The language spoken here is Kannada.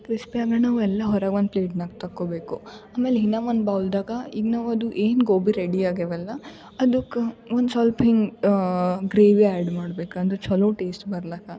ಕ್ರಿಸ್ಪಿ ಆಗೋಣ ಅವೆಲ್ಲ ಹೊರಗೆ ಒಂದಿ ಪ್ಲೇಟ್ನಾಗೆ ತಕ್ಕೋಬೇಕು ಆಮೇಲೆ ಇನ್ನಾ ಒಂದು ಬೌಲ್ದಾಗ ಇನ್ನು ಒಂದು ಏನು ಗೋಬಿ ರೆಡಿ ಆಗ್ಯಾವಲ್ಲ ಅದುಕ್ಕೆ ಒಂದು ಸ್ವಲ್ಪ ಹಿಂಗೆ ಗ್ರೇವಿ ಆ್ಯಡ್ ಮಾಡ್ಬೇಕು ಅಂದ್ರೆ ಚೊಲೋ ಟೇಸ್ಟ್ ಬರ್ಲಾಕ